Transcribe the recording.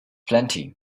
plenty